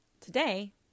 Today